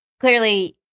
clearly